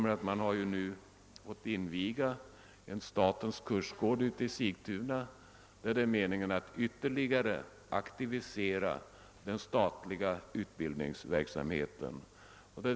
mer att man nu har fått inviga en statens kursgård i Sigtuna, där det är mer ningen att ytterligare aktivera den stat-. liga utbildningsverksamheten.